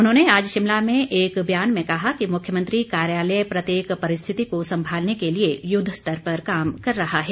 उन्होंने आज शिमला में एक बयान में कहा कि मुख्यमंत्री कार्यालय प्रत्येक परिस्थिति को संभालने के लिए युद्ध स्तर पर काम कर रहा है